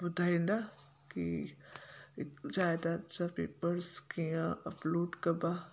ॿुधाईंदा कि जायदाद जा पेपर्स कीअं अपलोड कबा